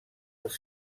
als